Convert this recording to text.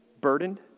burdened